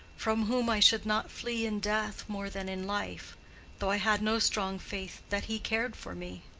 from whom i should not flee in death more than in life though i had no strong faith that he cared for me.